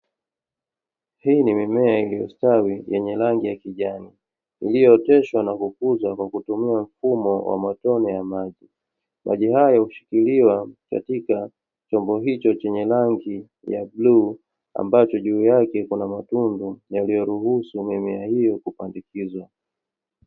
Hii ni mimea iliyostawi yenye rangi ya kijani iliyooteshwa na kukuzwa kwa kutumia mfumo wa matone ya maji. Maji hayo hushikilia katika chombo hicho chenye rangi ya buluu ambacho juu yake kuna matundu yaliyoruhusu mimea hiyo kupandikizwa.